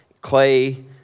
clay